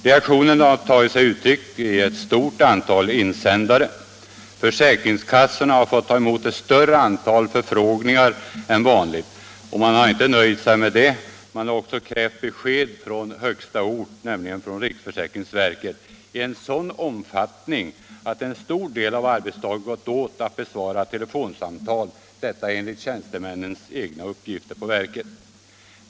Reaktionen har tagit sig uttryck i ett stort antal insändare. Försäkringskassorna har fått ta emot ett större antal förfrågningar än vanligt; man har inte nöjt sig med detta, man har också krävt besked från högsta ort — nämligen från riksförsäkringsverket — i en sådan omfattning att en stor del av arbetsdagen gått åt att besvara telefonsamtal. Detta enligt tjänstemännens egna uppgifter på verket.